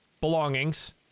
belongings